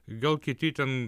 gal kiti ten